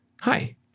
Hi